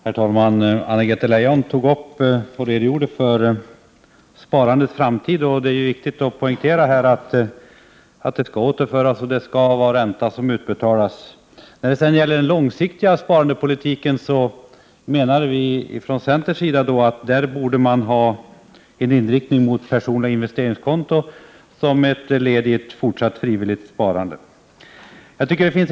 Herr talman! Anna-Greta Leijon redogjorde för sparandets framtid. Det är viktigt att här poängtera att sparandet skall återföras och att ränta skall utbetalas. När det gäller den långsiktiga sparandepolitiken anser vi i centern att man borde ha en inriktning mot personliga investeringskonton som ett led i ett fortsatt, frivilligt sparande.